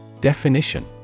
Definition